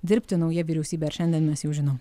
dirbti nauja vyriausybė ar šiandien mes jau žinom